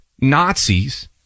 Nazis